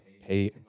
pay